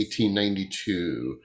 1892